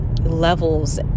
levels